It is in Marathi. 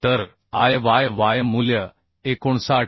तर I yy मूल्य 59